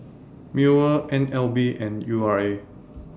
Mewr N L B and U R A